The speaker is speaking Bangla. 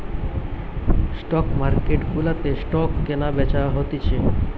স্টক মার্কেট গুলাতে স্টক কেনা বেচা হতিছে